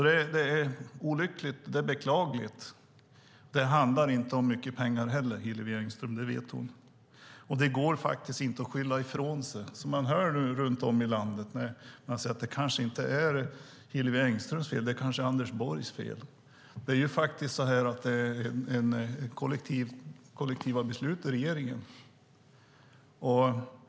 Det är olyckligt och beklagligt. Det handlar inte heller om mycket pengar. Det vet Hillevi Engström. Det går inte att skylla ifrån sig. Man hör nu runt om i landet att det kanske inte är Hillevi Engströms fel utan kanske Anders Borgs fel. Det är kollektiva beslut i regeringen.